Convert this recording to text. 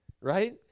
right